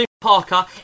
Parker